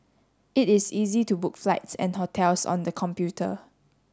it is easy to book flights and hotels on the computer